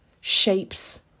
shapes